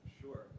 Sure